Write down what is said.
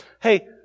hey